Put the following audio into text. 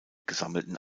gesammelten